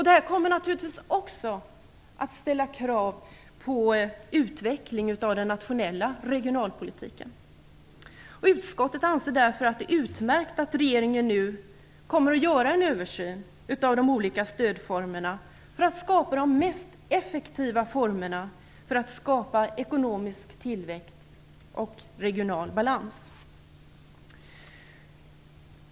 Detta kommer naturligtvis också att ställa krav på utveckling av den nationella regionalpolitiken. Utskottet anser därför att det är utmärkt att regeringen nu avser att göra en översyn av de olika stödformerna för att skapa de mest effektiva formerna för att åtstadkomma ekonomisk tillväxt och regional balans.